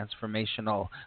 transformational